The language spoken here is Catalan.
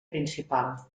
principal